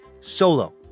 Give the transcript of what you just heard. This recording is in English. Solo